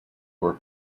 were